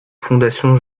fondation